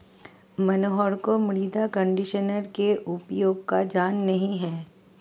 मनोहर को मृदा कंडीशनर के उपयोग का ज्ञान नहीं है